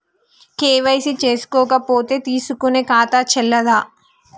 KYC చేసుకోకపోతే తీసుకునే ఖాతా చెల్లదా?